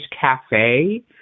Cafe